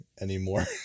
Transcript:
anymore